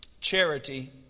charity